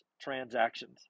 transactions